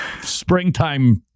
springtime